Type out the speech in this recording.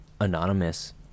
Anonymous